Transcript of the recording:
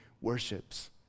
worships